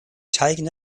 taken